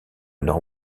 nord